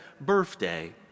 birthday